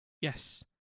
Yes